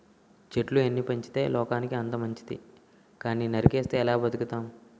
చెట్లు ఎన్ని పెంచితే లోకానికి అంత మంచితి కానీ నరికిస్తే ఎలా బతుకుతాం?